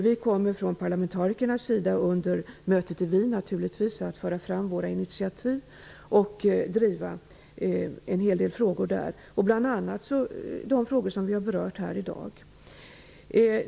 Vi kommer från parlamentarikernas sida under mötet i Wien naturligtvis att föra fram våra initiativ och att driva en hel del frågor där, bl.a. de som vi har berört här i dag.